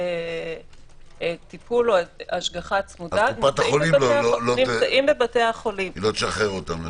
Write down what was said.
או השגחה צמודה אם בבתי החולים,